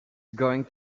going